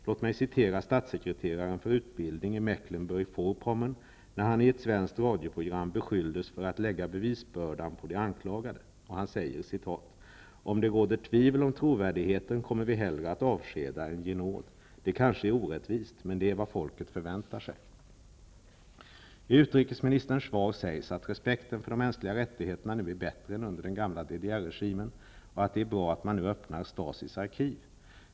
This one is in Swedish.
Låt mig citera statssekreteraren för utbildning i Mecklenburg-Vorpommern, då han i ett svenskt radioprogram beskylldes för att lägga bevisbördan på de anklagade: ''Om det råder tvivel om trovärdigheten kommer vi hellre att avskeda än ge nåd. Det kanske är orättvist, men det är vad folket förväntar sig.'' I utrikesministerns svar sägs att respekten för de mänskliga rättigheterna nu är bättre än under den gamla DDR-regimen och att det är bra att man nu öppnar Stasis arkiv.